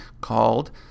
called